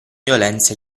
violenza